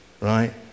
right